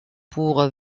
pour